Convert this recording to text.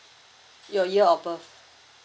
your year of birth